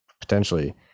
potentially